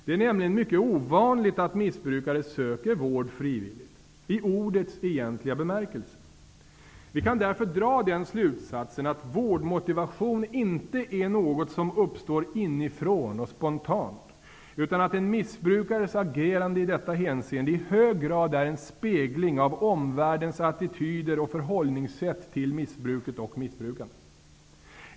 Det är nämligen mycket ovanligt att missbrukare söker vård frivilligt, i ordets egentliga bemärkelse. Vi kan därför dra den slutsatsen att vårdmotivation inte är något som uppstår inifrån och spontant, utan att en missbrukares agerande i detta hänseende i hög grad är en spegling av omvärldens attityder och förhållningssätt till missbruket och missbrukaren.